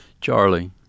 Charlie